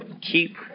keep